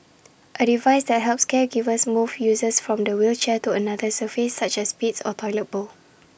A device that helps caregivers move users from the wheelchair to another surface such as the bed or toilet bowl